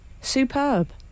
superb